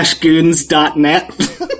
goons.net